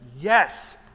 yes